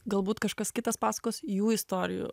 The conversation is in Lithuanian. galbūt kažkas kitas pasakos jų istorijų